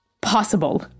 possible